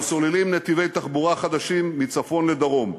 אנחנו סוללים נתיבי תחבורה חדשים מצפון לדרום: